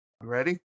ready